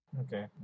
okay